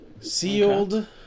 Sealed